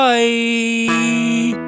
Bye